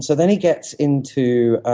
so then he gets into